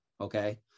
Okay